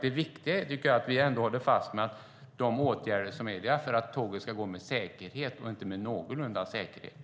Det viktiga är att vi håller fast vid att de åtgärder som vidtas utförs därför att tåget ska gå med säkerhet - inte med någorlunda säkerhet.